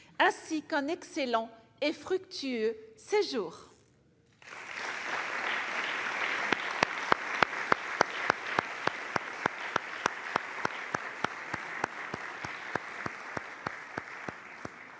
ainsi qu'un excellent et fructueux séjour.